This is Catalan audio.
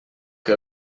que